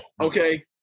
okay